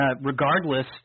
Regardless